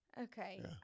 Okay